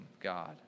God